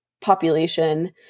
population